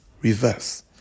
Reverse